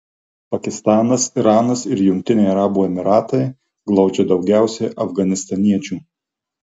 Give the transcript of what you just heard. pakistanas iranas ir jungtiniai arabų emyratai glaudžia daugiausiai afganistaniečių